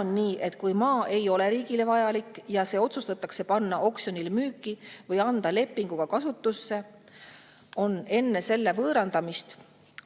on nii, et kui maa ei ole riigile vajalik ja see otsustatakse panna oksjonil müüki või anda lepinguga kasutusse, on enne selle võõrandamist